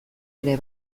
ere